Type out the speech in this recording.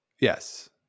Yes